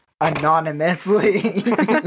anonymously